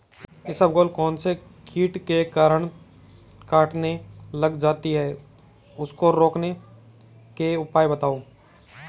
इसबगोल कौनसे कीट के कारण कटने लग जाती है उसको रोकने के उपाय बताओ?